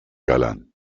galán